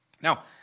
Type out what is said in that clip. Now